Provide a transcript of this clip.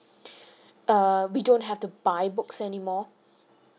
uh we don't have to buy books anymore